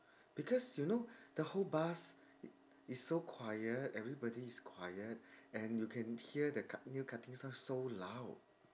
because you know the whole bus is so quiet everybody is quiet and you can hear the cu~ nail cutting sound so loud